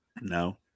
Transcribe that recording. no